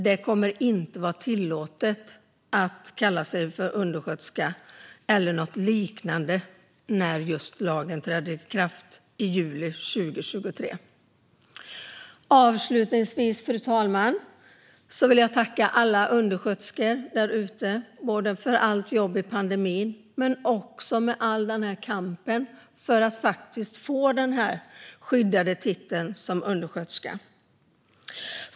Det kommer annars inte att vara tillåtet att kalla sig undersköterska eller något liknande när lagen har trätt i kraft i juli 2023. Avslutningsvis, fru talman, vill jag tacka alla undersköterskor där ute, både för allt jobb i pandemin och för kampen för att göra undersköterska till en skyddad yrkestitel.